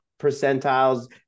percentiles